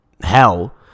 hell